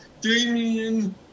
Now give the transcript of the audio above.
Damien